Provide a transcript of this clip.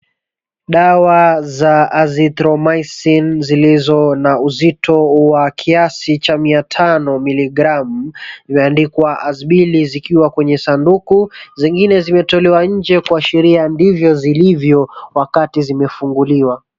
Dawa za azithromycin zilizo na uzito wa kiasi cha 500mg ,zmeendikwa azibil zikiwa kwenye sanduku zingine zimetolewa nje kuashiria ndivyo zilivyo wakati zimefunguliwa.